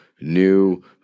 new